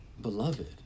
beloved